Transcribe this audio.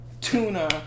Tuna